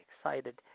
excited